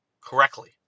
correctly